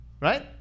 right